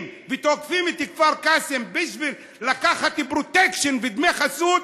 ותוקפים את כפר קאסם בשביל לקחת פרוטקשן ודמי חסות,